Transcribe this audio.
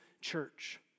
church